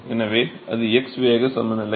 எனவே அது x வேக சமநிலை